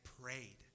prayed